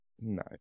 No